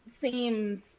seems